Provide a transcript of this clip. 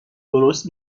درست